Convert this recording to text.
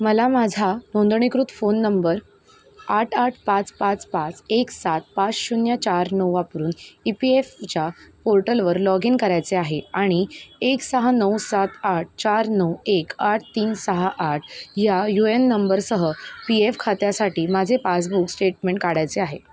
मला माझा नोंदणीकृत फोन नंबर आठ आठ पाच पाच पाच एक सात पाच शून्य चार नऊ वापरून ई पी एफच्या पोर्टलवर लॉग इन करायचे आहे आणि एक सहा नऊ सात आठ चार नऊ एक आठ तीन सहा आठ ह्या यू एन नंबरसह पी एफ खात्यासाठी माझे पासबुक स्टेटमेंट काढायचे आहे